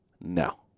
no